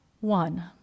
one